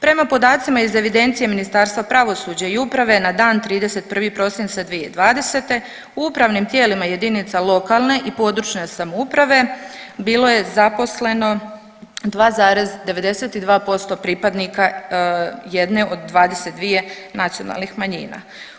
Prema podacima iz evidencije Ministarstva pravosuđa i uprave na dan 31. prosinca 2020. u upravnim tijelima jedinica lokalne i područne samouprave bilo je zaposleno 2,92% pripadnika jedne od 22 nacionalnih manjina.